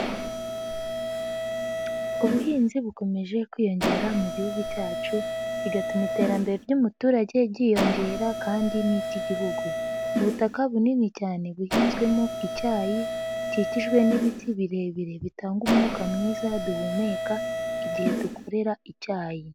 Ubuhinzi bukomeje kwiyongera mu Gihugu cyacu bigatuma iterambere ry'umuturage ryiyongera kandi n'iry'Igihugu. Ubutaka bunini cyane buhinzwemo icyayi bikikijwe n'ibiti birebire bitanga umwuka mwiza duhumeka igihe dukorera icyayi.